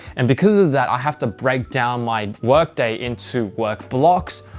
and because of that, i have to break down my workday into work blocks,